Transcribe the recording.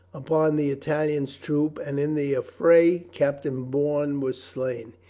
upon the italian's troop and in the affray captain bourne was slain.